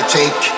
take